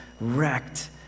wrecked